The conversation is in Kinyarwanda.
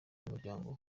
y’umuryango